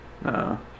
No